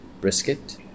brisket